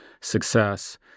success